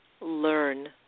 learn